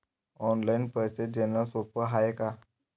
Online पैसे देण सोप हाय का?